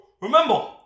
Remember